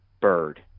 bird